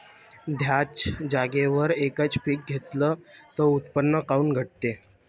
थ्याच जागेवर यकच पीक घेतलं त उत्पन्न काऊन घटते?